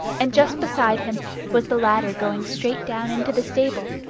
and just beside him was the ladder going straight down into the stable,